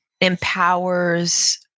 empowers